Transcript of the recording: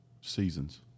seasons